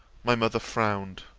my mother frowned.